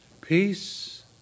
peace